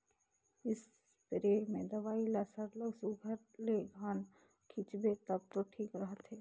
spray में दवई ल सरलग सुग्घर ले घन छींचबे तब दो ठीक रहथे